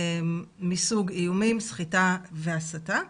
מסוג איומים, סחיטה והסתה.